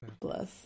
Bless